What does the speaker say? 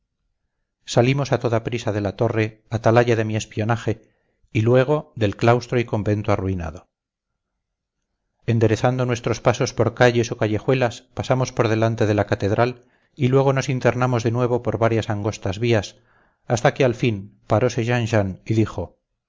salimos a toda prisa de la torre atalaya de mi espionaje y luego del claustro y convento arruinado enderezando nuestros pasos por calles o callejuelas pasamos por delante de la catedral y luego nos internamos de nuevo por varias angostas vías hasta que al fin parose jean jean y dijo